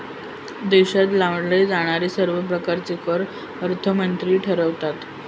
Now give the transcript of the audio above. देशात लावले जाणारे सर्व प्रकारचे कर अर्थमंत्री ठरवतात